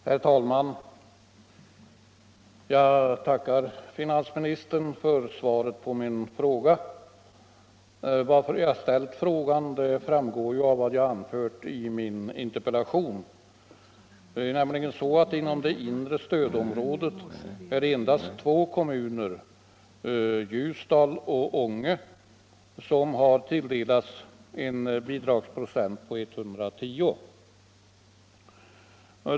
Herr talman! Jag tackar finansministern för svaret på min interpellation. Anledningen till att jag aktualiserat denna fråga framgår av vad jag anfört i min interpellation, nämligen att inom det inre stödområdet är det endast två kommuner, Ljusdal och Ånge, som har tilldelats en bidragsprocent på 110.